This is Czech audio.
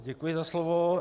Děkuji za slovo.